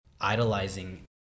idolizing